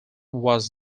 was